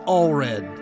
Allred